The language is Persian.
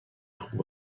خوب